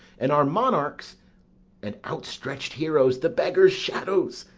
and our monarchs and outstretch'd heroes the beggars' shadows.